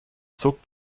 zuckt